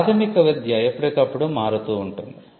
ప్రాథమిక విద్య ఎప్పటికప్పుడు మారుతూ ఉంటుంది